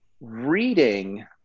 Reading